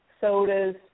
sodas